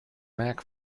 mac